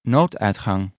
Nooduitgang